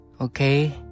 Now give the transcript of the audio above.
Okay